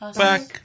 back